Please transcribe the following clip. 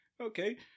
okay